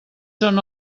són